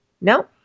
No